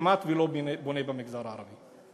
כמעט לא בונה במגזר הערבי.